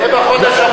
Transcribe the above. זה בחודש הבא.